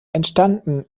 entstanden